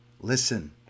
listen